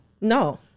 no